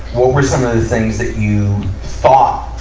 what were some of the things that you thought